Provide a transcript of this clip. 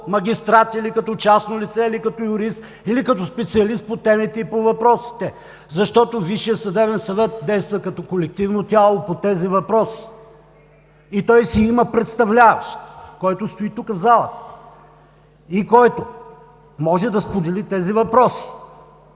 магистрат, или като частно лице, или като юрист, или като специалист по темите и по въпросите, защото Висшият съдебен съвет действа като колективно тяло по тези въпроси и той си има представляващ, който стои тук, в залата, и който може да сподели тези въпроси,